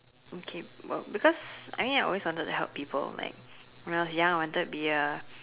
okay well because I mean I always wanted to help people like when I was young I wanted to be a